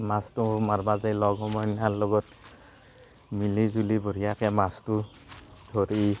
মাছটো মাৰিব যায় লগ সমনীয়া লগত মিলি জুলি বঢ়িয়াকৈ মাছটো ধৰি